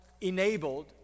enabled